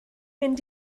mynd